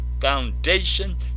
foundation